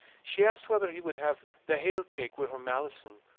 she asked whether he would have the hale cake wi' her malison,